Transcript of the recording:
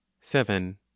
seven